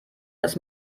das